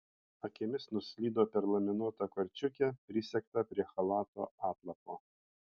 akimis nuslydo per laminuotą korčiukę prisegtą prie chalato atlapo